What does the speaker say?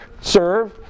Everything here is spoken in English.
serve